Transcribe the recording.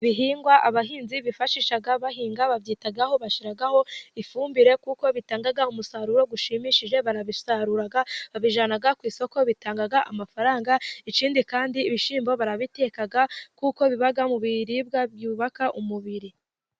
Ibihingwa abahinzi bifashisha bahinga, babyitaho bashiraho ifumbire, kuko bitanga umusaruro ushimishije, barabisarura, babijyana ku isoko, bitanga amafaranga, ikindi kandi ibishyimbo barabiteka, kuko biba mu biribwa byubaka umubiri.